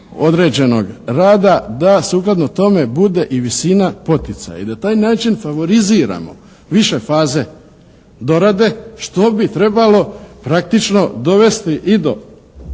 određenog rada da sukladno tome bude i visina poticaja i da taj način favoriziramo iste faze dorade, što bi trebalo praktično dovesti i do veće